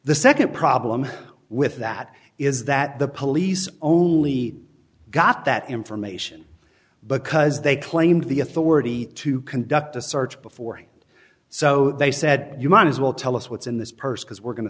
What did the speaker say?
the second problem with that is that the police only got that information because they claimed the authority to conduct a search before so they said you might as well tell us what's in this person's we're going to